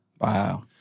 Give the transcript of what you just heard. Wow